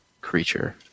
creature